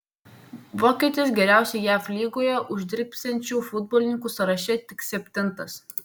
vokietis geriausiai jav lygoje uždirbsiančių futbolininkų sąraše tik septintas